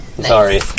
Sorry